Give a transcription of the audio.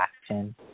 action